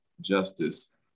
justice